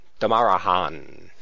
Damarahan